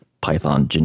Python